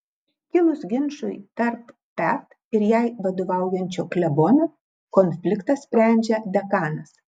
kilus ginčui tarp pet ir jai vadovaujančio klebono konfliktą sprendžia dekanas